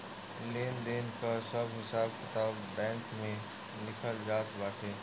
लेन देन कअ सब हिसाब किताब बैंक में लिखल होत बाटे